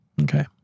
Okay